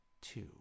two